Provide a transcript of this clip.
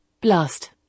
Blast